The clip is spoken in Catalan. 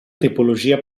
tipologia